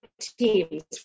teams